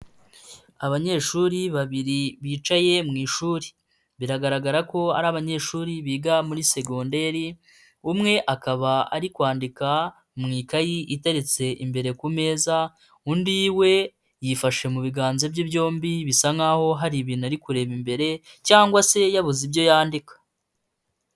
Abanyeshuri babiri bicaye mu ishuri, biragaragara ko ari abanyeshuri biga muri segonderi, umwe akaba ari kwandika mu ikayi iteretse imbere ku meza, undi we yifashe mu biganza bye byombi, bisa nkaho hari ibintu ari kureba imbere cyangwa se yabuze ibyo yandika.